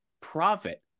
profit